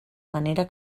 manera